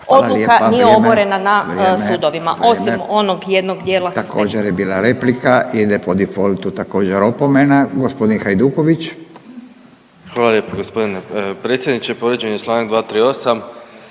odluka nije oborena na sudovima osim onog jednog dijela suspektnog.